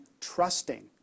trusting